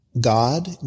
God